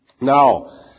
Now